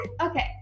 Okay